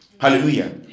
Hallelujah